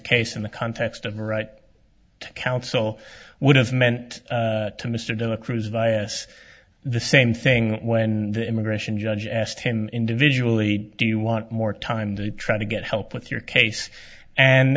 case in the context of a right to counsel would have meant to mr de cruz vyas the same thing when the immigration judge asked him individually do you want more time to try to get help with your case and